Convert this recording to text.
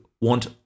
want